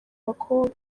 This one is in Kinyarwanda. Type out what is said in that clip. bakobwa